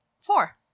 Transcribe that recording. four